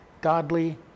godly